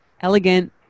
elegant